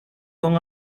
con